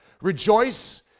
Rejoice